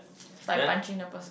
then